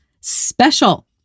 special